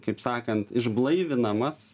kaip sakant išblaivinamas